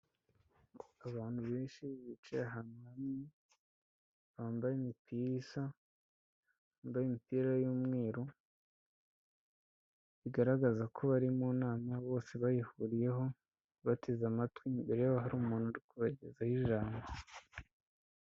Abantu benshi bicaye ahantu hanini bambaye imipira isa, bambaye imipira y'umweru igaragaza ko bari mu nama bose bayihuriyeho bateze amatwi. Imbere yabo hari umuntu uri kubagezaho ijambo.